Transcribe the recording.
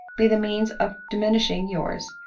be the means of diminishing yours.